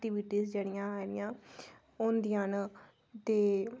एक्टिविटियां जेह्डियां औंदियां न ते